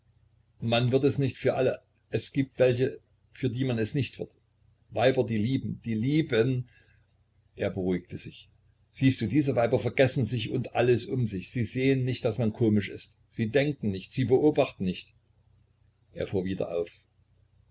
man wird es nicht für alle es gibt welche für die man es nicht wird weiber die lieben die lieben er beruhigte sich siehst du diese weiber vergessen sich und alles um sich sie sehen nicht daß man komisch ist sie denken nicht sie beobachten nicht er fuhr wieder auf